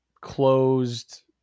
closed